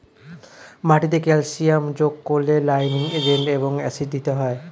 মাটিতে ক্যালসিয়াম যোগ করলে লাইমিং এজেন্ট এবং অ্যাসিড দিতে হয়